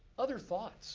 other thoughts